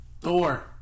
Thor